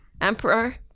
Emperor